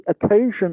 occasion